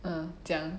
uh 讲